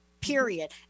period